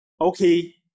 Okay